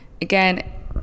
Again